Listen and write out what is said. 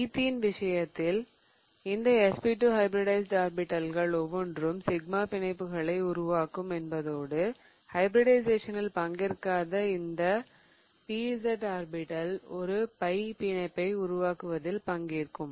ethene விஷயத்தில் இந்த sp2 hybridised ஆர்பிடல்கள் ஒவ்வொன்றும் சிக்மா பிணைப்புகளை உருவாக்கும் என்பதோடு ஹைபிரிடிஷயேசனில் பங்கேற்காத இந்த pz ஆர்பிடல் ஒரு பை பிணைப்பை உருவாக்குவதில் பங்கேற்கும்